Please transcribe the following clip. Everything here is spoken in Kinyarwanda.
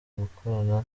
gukorana